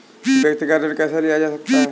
व्यक्तिगत ऋण कैसे लिया जा सकता है?